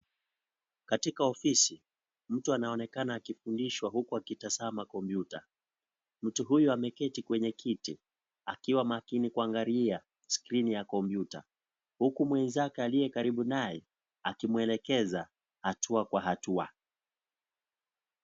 Katika ofisi, mtu anaonekana akifundishwa huku akizama kompyuta, mtu huyu ameketi kwenye kiti akiwa makini kuangalia skrini ya kompyuta, huku mwenzake aliyekaribu naye akimwelekeza hatua kwa hatua.